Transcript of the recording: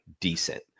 decent